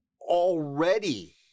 already